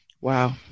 Wow